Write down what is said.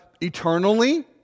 eternally